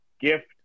gift